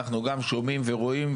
אנחנו שומעים ורואים,